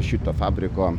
šito fabriko